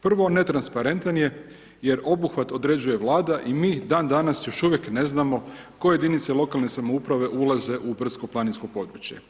Prvo netransparentan je, jer obuhvat određuje Vlada i mi dan danas još uvijek ne znamo koje jedinice lokalne samouprave ulaze u brdsko planinsko područje.